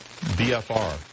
BFR